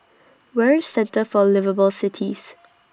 Where IS Centre For Liveable Cities